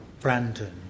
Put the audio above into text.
Brandon